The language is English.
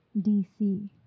DC